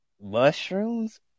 mushrooms